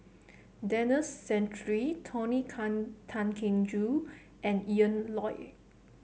Denis Santry Tony Tan Keng Joo and Ian Loy